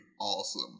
awesome